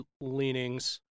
leanings